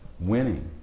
winning